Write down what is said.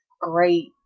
great